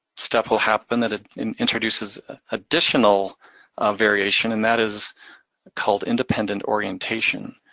step will happen, that it introduces additional variation, and that is called independent orientation.